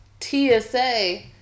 TSA